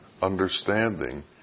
understanding